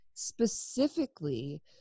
specifically